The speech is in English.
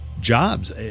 jobs